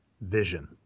vision